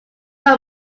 are